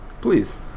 Please